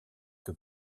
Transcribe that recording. que